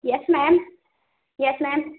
yes ma'am yes ma'am